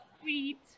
sweet